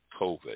COVID